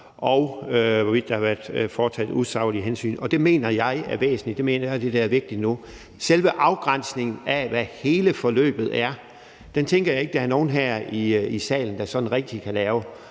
om, hvorvidt der har været taget usaglige hensyn. Det mener jeg er væsentligt. Det mener jeg er det, der er vigtigt nu. Selve afgrænsningen af, hvad hele forløbet er, tænker jeg ikke der er nogen her i salen der sådan rigtig kan lave.